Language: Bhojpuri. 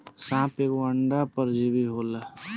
साप एगो अंड परजीवी होले